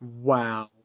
Wow